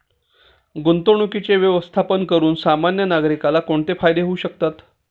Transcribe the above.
गुंतवणुकीचे व्यवस्थापन करून सामान्य नागरिकाला कोणते फायदे होऊ शकतात?